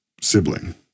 sibling